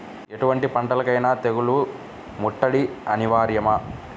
ఎటువంటి పంటలకైన తెగులు ముట్టడి అనివార్యమా?